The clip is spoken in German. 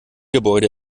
gebäude